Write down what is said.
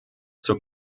zur